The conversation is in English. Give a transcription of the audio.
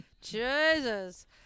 Jesus